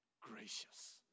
gracious